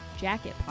jacket